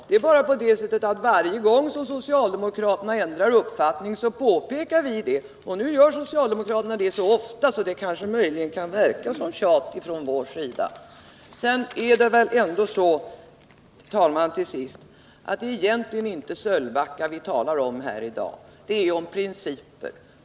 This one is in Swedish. Men varje gång socialdemokraterna ändrar uppfattning påpekar vi det, och nu gör socialdemokraterna det så ofta att det möjligen kan verka som om vi tjatar. Egentligen är det inte Sölvbacka som vi talar om i dag — det är om principen.